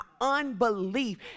unbelief